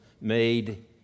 made